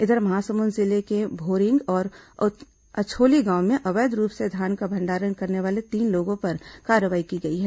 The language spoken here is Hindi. इधर महासमुंद जिले के भोरिंग और अछोली गांव में अवैध रूप से धान का भंडारण करने वाले तीन लोगों पर कार्रवाई की गई है